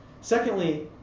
Secondly